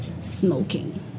smoking